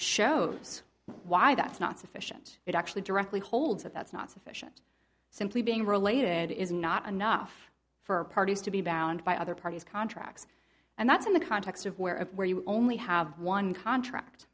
shows why that's not sufficient it actually directly holds that that's not sufficient simply being related is not enough for parties to be bound by other parties contracts and that's in the context of where it where you only have one contract